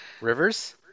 Rivers